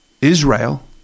Israel